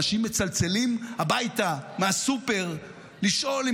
אנשים מצלצלים הביתה מהסופר לשאול אם